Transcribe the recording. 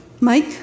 Mike